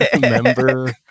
Member